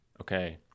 okay